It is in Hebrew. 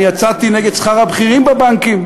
אני יצאתי נגד שכר הבכירים בבנקים,